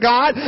God